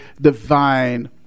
divine